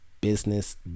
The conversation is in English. business